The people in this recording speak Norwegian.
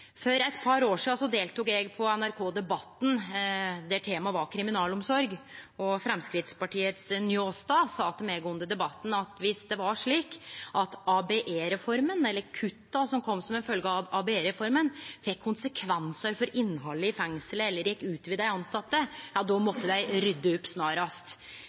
For eit par år sidan deltok eg på NRK Debatten, der tema var kriminalomsorg. Framstegspartiets Njåstad sa til meg under debatten at viss det var slik at ABE-reforma eller kutta som kom som følgje av ABE-reforma, fekk konsekvensar for innhaldet i fengselet eller gjekk ut over dei tilsette, måtte dei rydde opp snarast.